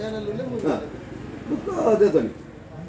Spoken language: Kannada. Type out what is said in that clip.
ಮೆಕ್ಕೆಜೋಳ ಬೆಳೀಲಿಕ್ಕೆ ಉಪಯೋಗ ಮಾಡುವ ರಾಸಾಯನಿಕ ಗೊಬ್ಬರ ಯಾವುದು?